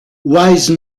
wise